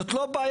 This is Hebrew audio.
זאת לא בעיה.